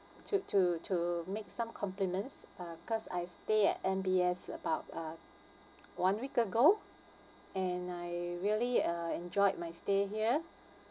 to to to make some compliments uh cause I stay at M_B_S about uh one week ago and I really uh enjoyed my stay here